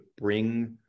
bring